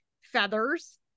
feathers-